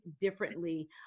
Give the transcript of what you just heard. differently